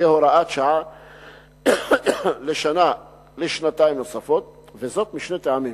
כהוראת שעה לשנתיים נוספות, וזאת משני טעמים: